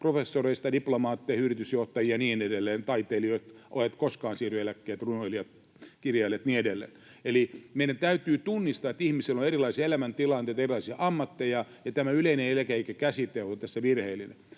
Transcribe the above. professoreista diplomaatteihin ja yritysjohtajiin ja niin edelleen — ja taiteilijat, runoilijat, kirjailijat ja niin edelleen eivät koskaan siirry eläkkeelle. Eli meidän täytyy tunnistaa, että ihmisillä on erilaisia elämäntilanteita ja erilaisia ammatteja, ja tämä ”yleinen eläkeikä” ‑käsite on tässä virheellinen.